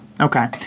Okay